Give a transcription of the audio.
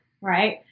right